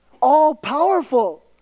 all-powerful